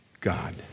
God